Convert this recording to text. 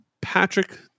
Patrick